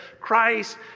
Christ